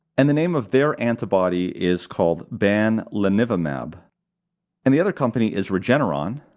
and the name of their antibody is called bamlanivimab, and the other company is regeneron,